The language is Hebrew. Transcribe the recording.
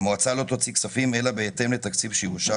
"המועצה לא תוציא כספים אלא בהתאם לתקציב שיאושר